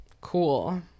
Cool